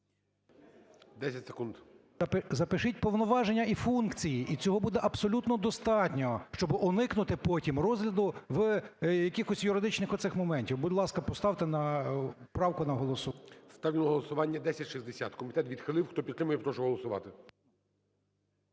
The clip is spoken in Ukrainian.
МУСІЙ О.С. Запишіть повноваження і функції, і цього буде абсолютно достатньо, щоб уникнути потім розгляду, якихось юридичних цих моментів. Будь ласка, поставте правку на голосування. ГОЛОВУЮЧИЙ. Ставлю на голосування 1060. Комітет відхилив. Хто підтримує, прошу голосувати.